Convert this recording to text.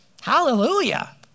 Hallelujah